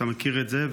אתה מכיר את זה,